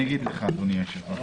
אני אגיד לך, אדוני היושב-ראש.